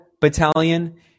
battalion